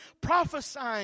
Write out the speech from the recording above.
Prophesying